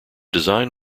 design